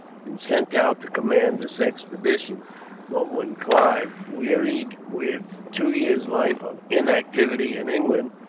been sent out to command this expedition but when clive, wearied with two years' life of inactivity in england,